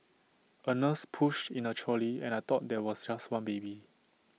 A nurse pushed in the trolley and I thought there was just one baby